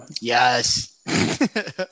yes